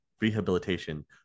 Rehabilitation